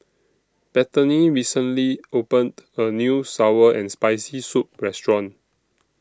Bethany recently opened A New Sour and Spicy Soup Restaurant